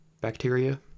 bacteria